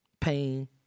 Pain